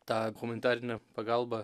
tą humanitarinę pagalbą